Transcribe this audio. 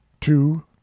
two